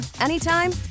anytime